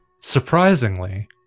surprisingly